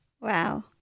Wow